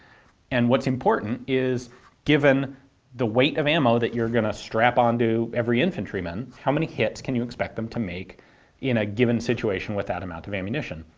and what's important is given the weight of ammo that you're going to strap onto every infantryman, how many hits can you expect them to make in a given situation with that amount of ammunition?